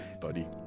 buddy